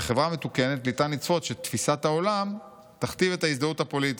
בחברה מתוקנת ניתן לצפות שתפיסת העולם תכתיב את ההזדהות הפוליטית.